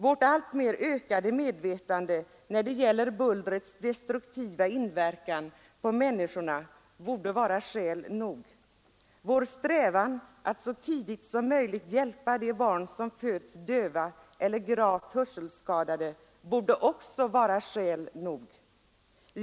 Vårt alltmer ökade medvetande när det gäller bullrets destruktiva inverkan på människorna borde vara skäl nog. Vår strävan att så tidigt som möjligt hjälpa de barn som föds döva eller gravt hörselskadade borde också vara skäl nog.